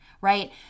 right